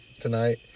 tonight